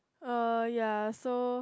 uh ya so